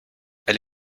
elle